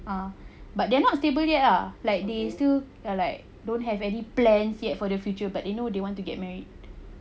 ah but they're not stable yet ah like they still ya like don't have any plans yet for the future but they know they want to get married